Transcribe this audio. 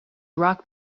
rock